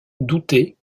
douter